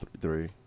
three